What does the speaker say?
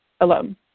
alone